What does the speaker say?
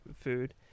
food